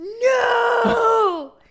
No